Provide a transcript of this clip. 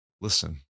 listen